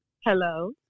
Hello